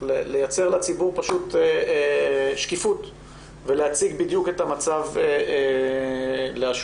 לייצר לציבור שקיפות ולהציג את המצב לאשורו.